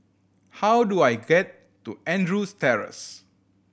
how do I get to Andrews Terrace